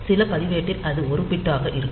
சில பதிவேட்டில் இது ஒரு பிட் ஆக இருக்கும்